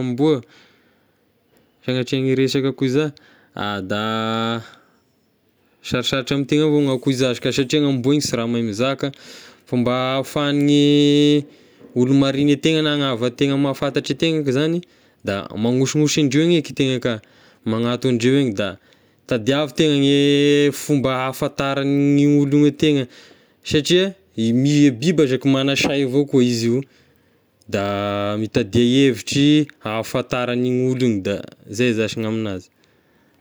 amboa, sanatria ny resaka koa za, da sarosatra ame tegna avao ny akoa zashy ka, satria ny amboa igny sy raha mahay mizaka, fa mba ahafahane olo marigny an-tegna na hava-tegna mahafantatry a tegna zagny da magnosignosy andreo eky e tegna ka, magnanto andreo egny da tadiavy tegna gne fomba hafataragn'ny olo ny tegna satria i- mi- biby aza ka magna say avao koa izy io, da mitadià hevitry ahafataran'igny olo igny da zay zashy ny aminazy.